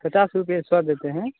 पचास रुपए सौ देते हैं